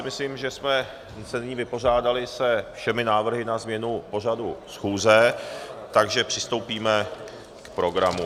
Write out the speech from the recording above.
Myslím si, že jsme se nyní vypořádali se všemi návrhy na změnu pořadu schůze, takže přistoupíme k programu.